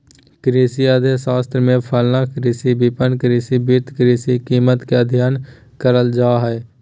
कृषि अर्थशास्त्र में फलन, कृषि विपणन, कृषि वित्त, कृषि कीमत के अधययन करल जा हइ